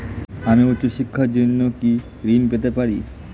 আমি উচ্চশিক্ষার জন্য কি ঋণ পেতে পারি?